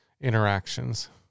interactions